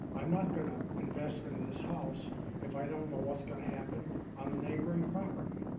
i'm not gonna invest into this house if i don't know what's gonna happen on the neighboring property.